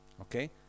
Okay